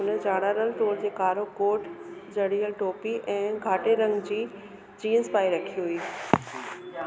हुन ॼाणायल तौरु ते कारो कोट जड़ियल टोपी ऐं घाटे रङ जी जीन्स पाए रखी हुई